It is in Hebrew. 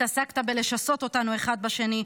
התעסקת בלשסות אותנו אחד בשני,